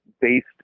based